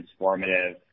transformative